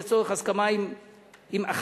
לצורך הסכמה עם אחר